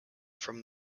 from